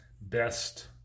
best